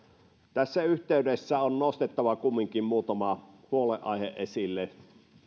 tässä yhteydessä on nostettava kumminkin muutama huolenaihe esille